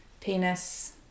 penis